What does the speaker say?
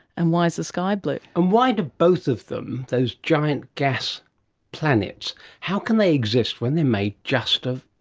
and why is the sky blue. and why do both of them, those giant gas planets, how can they exist when they are made just of,